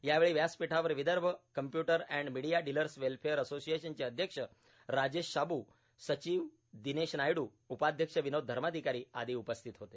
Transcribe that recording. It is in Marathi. यावेळी व्यासपीठावर Vidarbha computer and media dealers welfare असोशिएशनचे अध्यक्ष राजेश शाबूए सचिव दिनेश नायडू उपाध्यक्ष विनोद धर्माधिकारी आदी उपस्थित होते